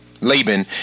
laban